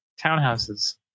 townhouses